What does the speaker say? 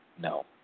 no